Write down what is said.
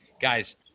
guys